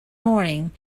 morning